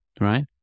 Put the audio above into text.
Right